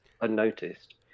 unnoticed